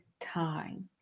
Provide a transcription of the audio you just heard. time